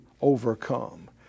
overcome